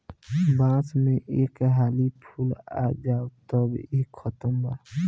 बांस में एक हाली फूल आ जाओ तब इ खतम बा